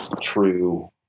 true